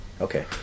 Okay